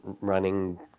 running